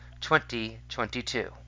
2022